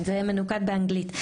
זה מנוקד באנגלית.